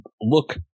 look